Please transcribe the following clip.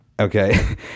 Okay